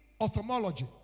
ophthalmology